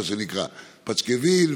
מה שנקרא פשקוויל וכו',